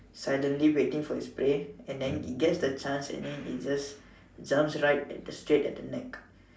silently waiting for its prey and then it gets the chance and then it just jumps right at the straight at the neck